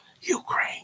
Ukraine